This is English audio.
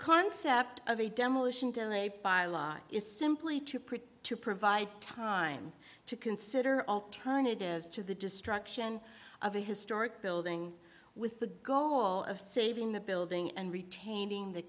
concept of a demolition by law is simply too pretty to provide time to consider alternatives to the destruction of a historic building with the goal of saving the building and retaining the